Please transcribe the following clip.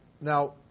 Now